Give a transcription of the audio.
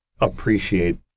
appreciate